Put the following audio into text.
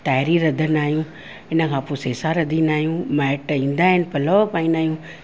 ताइरी रधींदा आहियूं हिनखां पोइ सेसा रधींदा आहियूं माइट ईंदा आहिनि पलव बि पाईंदा आहियूं